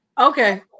Okay